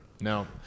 No